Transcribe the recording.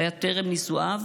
שהיה טרם נישואיו.